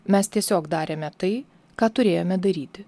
mes tiesiog darėme tai ką turėjome daryti